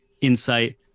insight